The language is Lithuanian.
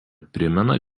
primena